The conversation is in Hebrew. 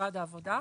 משרד העבודה.